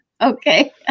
Okay